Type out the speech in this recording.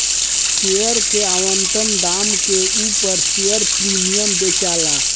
share के आवंटन दाम के उपर शेयर प्रीमियम बेचाला